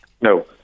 No